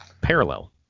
parallel